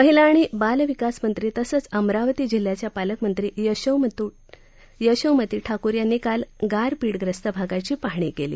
महिला आणि बालविकास मंत्री तसंच अमरावती जिल्ह्याच्या पालकमंत्री यशोमती ठाकूर यांनी काल गारपीटग्रस्त भागाची पाहणी केली